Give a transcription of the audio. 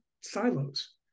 silos